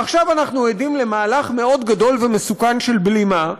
ועכשיו אנחנו עדים למהלך מאוד גדול ומסוכן של בלימה,